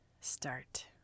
start